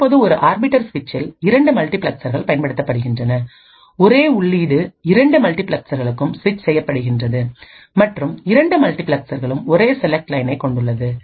இப்போது ஒரு ஆர்பிட்டர் சுவிட்சில் இரண்டு மல்டிபிளெக்சர்கள் பயன்படுத்தப்படுகின்றன ஒரே உள்ளீடு இரண்டு மல்டிபிளெக்சர்களுக்கும் ஸ்விச் செய்யப்படுகின்றது மற்றும் இரண்டு மல்டிபிளெக்சர்களும் ஒரே செலக்ட் லையனைக் கொண்டுள்ளன